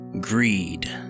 greed